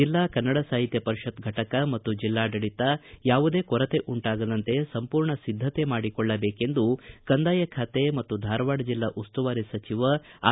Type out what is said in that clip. ಜಿಲ್ಲಾ ಕನ್ನಡ ಸಾಹಿತ್ಯ ಪರಿಷತ್ ಘಟಕ ಮತ್ತು ಜಿಲ್ಲಾಡಳಿತ ಯಾವುದೇ ಕೊರತೆ ಉಂಟಾಗದಂತೆ ಸಂಪೂರ್ಣ ಸಿದ್ಗತೆ ಮಾಡಿಕೊಳ್ಳಬೇಕೆಂದು ಕಂದಾಯ ಖಾತೆ ಮತ್ತು ಧಾರವಾಡ ಜಿಲ್ಲಾ ಉಸ್ತುವಾರಿ ಸಚಿವ ಆರ್